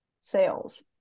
sales